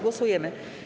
Głosujemy.